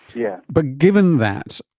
yeah but given that,